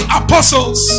apostles